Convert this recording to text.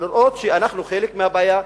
ולראות שאנחנו חלק מהבעיה,